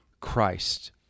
Christ